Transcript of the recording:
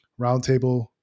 Roundtable